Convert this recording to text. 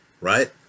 right